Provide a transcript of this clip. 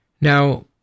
Now